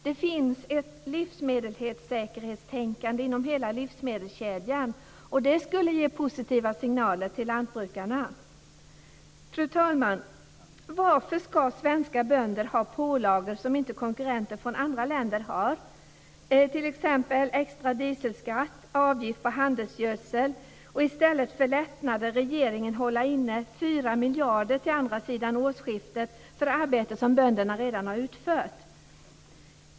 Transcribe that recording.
Det finns ett livsmedelssäkerhetstänkande inom hela livsmedelskedjan. Det skulle ge positiva signaler till lantbrukarna. Fru talman! Varför ska svenska bönder ha pålagor som inte konkurrenter från andra länder har - t.ex. extra dieselskatt och avgift på handelsgödsel - och varför ska regeringen, i stället för att medge lättnader, hålla inne 4 miljarder till efter årsskiftet för arbete som bönderna redan har utfört?